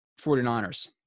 49ers